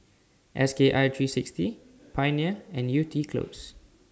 S K I three sixty Pioneer and Yew Tee Close